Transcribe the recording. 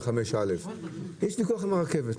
1045/א. יש ויכוח עם הרכבת.